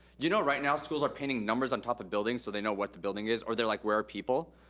you know right now schools are painting numbers on top of buildings so they know what the building is or they're like where are people.